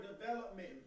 development